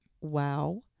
Wow